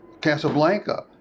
Casablanca